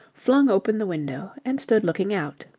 flung open the window and stood looking out.